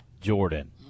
Jordan